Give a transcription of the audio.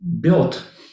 built